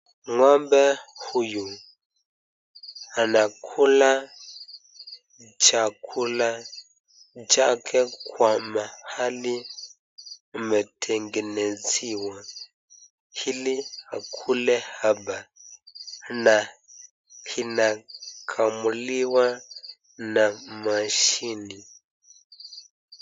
Ng'ombe huyu anakula chakula chake kwa mahali imetengenezewa ili akule hapa na inakamuliwa na mashini.